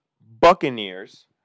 Buccaneers